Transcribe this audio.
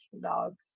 dogs